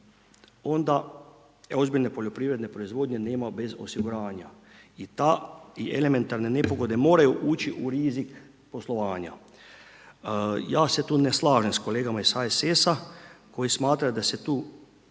onda ozbiljne poljoprivredne proizvodnje nema bez osiguranja i ta i elementarne nepogode moraju ući u rizik poslovanja. Ja se tu ne slažem s kolegama iz HSS-a koji smatraju da se tu